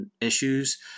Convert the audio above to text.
issues